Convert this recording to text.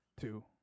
two